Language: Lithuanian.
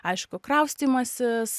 aišku kraustymasis